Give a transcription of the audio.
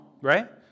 right